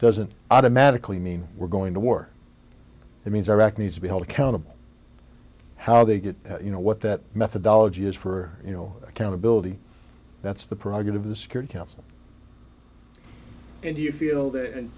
doesn't automatically mean we're going to war it means iraq needs to be held accountable how they get you know what that methodology is for you know accountability that's the progress of the security council and you feel that and